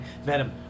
Venom